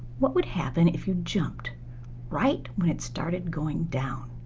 what would happen if you jumped right when it started going down?